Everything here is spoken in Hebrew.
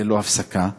ללא הפסקה.